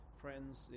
friends